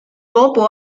罗伯特